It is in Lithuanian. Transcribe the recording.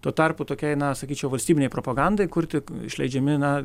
tuo tarpu tokiai na sakyčiau valstybinei propagandai kur tik išleidžiami na